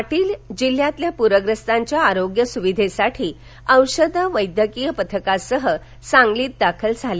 पारील हे जिल्ह्यातील प्रखस्तांच्या आरोग्य सुविधेसाठी औषधे वैद्यकीय पथकासह सांगलीत दाखल झाले